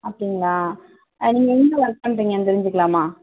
அப்படிங்ளா நீங்கள் எங்கே ஒர்க் பண்ணுறீங்கன்னு தெரிஞ்சுக்கிலாமா